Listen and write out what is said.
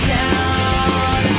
down